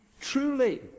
truly